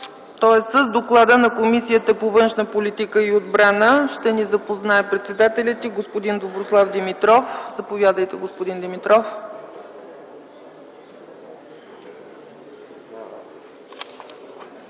С доклада на Комисията по външна политика и отбрана ще ни запознае председателят й господин Доброслав Димитров. Заповядайте, господин Димитров.